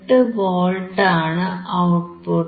68 volt ആണ് output